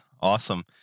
awesome